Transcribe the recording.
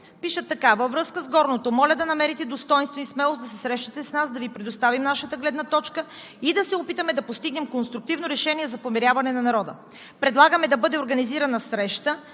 Пишат така: „Във връзка с горното, моля да намерите достойнство и смелост да се срещнете с нас, да Ви предоставим нашата гледна точка и да се опитаме да постигнем конструктивно решение за помиряване на народа. Предлагаме да бъде организирана среща